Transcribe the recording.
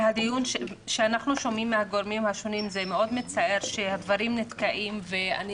כשאנחנו שומעים מהגורמים השונים זה מאוד מצער שהדברים נתקעים ואני